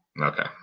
Okay